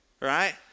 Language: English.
right